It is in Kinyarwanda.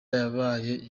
yabaye